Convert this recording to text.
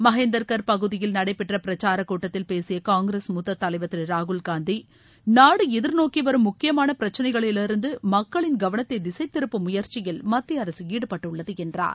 மகேந்தர்கர் பகுதியில் நடைபெற்ற பிரச்சாரக்கூட்டத்தில் பேசிய காங்கிரஸ் முத்த தலைவர் திரு ராகுல்காந்தி நாடு எதிர்நோக்கி வரும் முக்கியமான பிரச்சினைகளிலிருந்து மக்களின் கவனத்தை திசை திருப்பும் முயற்சியில் மத்திய அரசு ஈடுபட்டுள்ளது என்றார்